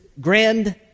grand